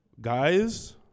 guys